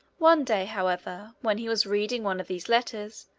one day, however, when he was reading one of these letters,